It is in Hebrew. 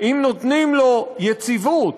אם נותנים לו יציבות,